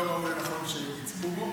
ההורים לא ראו לנכון שיצפו בו,